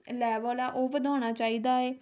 level ਆ ਉਹ ਵਧਾਉਣਾ ਚਾਹੀਦਾ ਹੈ